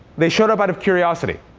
they showed up out of curiosity.